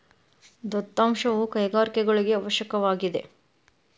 ದತ್ತಾಂಶವು ಕೈಗಾರಿಕೆಗಳಿಗೆ ಅವಶ್ಯಕವಾಗಿದೆ